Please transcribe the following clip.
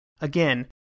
again